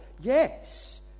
Yes